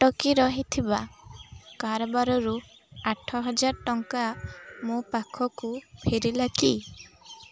ଅଟକି ରହିଥିବା କାରବାରରୁ ଆଠହଜାର ଟଙ୍କା ମୋ ପାଖକୁ ଫେରିଲା କି